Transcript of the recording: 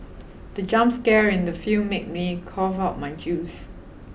the jump scare in the film made me cough out my juice